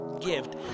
gift